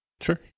Sure